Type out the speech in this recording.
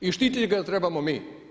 I štititi ga trebamo mi.